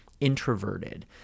introverted